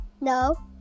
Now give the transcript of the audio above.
no